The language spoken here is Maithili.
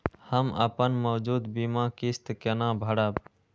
हम अपन मौजूद बीमा किस्त केना भरब?